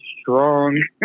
strong